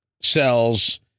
sells